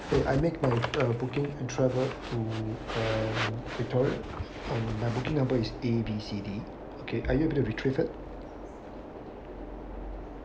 so I make my uh booking and travel to uh victoria um my booking number is A B C D okay I used to be traveled